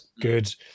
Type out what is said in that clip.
good